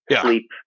sleep